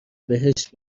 بهشت